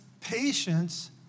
patience